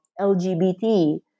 LGBT